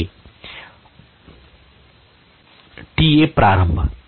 Te प्रारंभ